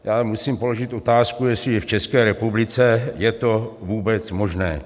Já musím položit otázku, jestli v České republice je to vůbec možné.